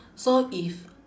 so if